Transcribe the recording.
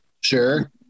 Sure